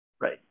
right